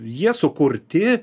jie sukurti